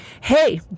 hey